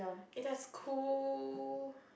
it has cool